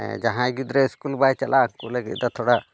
ᱦᱮᱸ ᱡᱟᱦᱟᱸᱭ ᱜᱤᱫᱽᱨᱟᱹ ᱵᱟᱭ ᱪᱟᱞᱟᱜᱼᱟ ᱩᱱᱠᱩ ᱞᱟᱹᱜᱤᱫ ᱫᱚ ᱛᱷᱚᱲᱟ